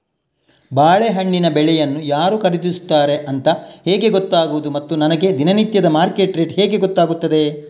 ಬಾಳೆಹಣ್ಣಿನ ಬೆಳೆಯನ್ನು ಯಾರು ಖರೀದಿಸುತ್ತಾರೆ ಅಂತ ಹೇಗೆ ಗೊತ್ತಾಗುವುದು ಮತ್ತು ನನಗೆ ದಿನನಿತ್ಯದ ಮಾರ್ಕೆಟ್ ರೇಟ್ ಹೇಗೆ ಗೊತ್ತಾಗುತ್ತದೆ?